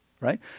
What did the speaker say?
right